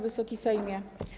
Wysoki Sejmie!